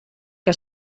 que